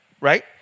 right